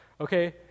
Okay